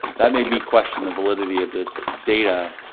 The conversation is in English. that made me question the validity of this data,